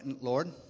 Lord